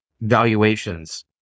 valuations